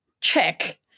check